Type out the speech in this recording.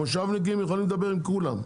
המושבניקים יכולים לדבר עם כולם.